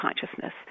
consciousness